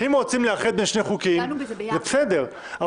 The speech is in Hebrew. לאחד בין שני חוקים, זה בסדר -- דנו בזה ביחד.